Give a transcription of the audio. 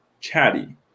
chatty